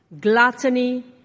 gluttony